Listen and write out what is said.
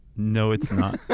no it's not.